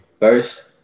First